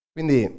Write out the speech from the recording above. Quindi